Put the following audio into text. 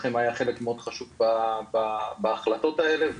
לכם היה חלק מאד חשוב בהחלטות האלה,